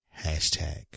Hashtag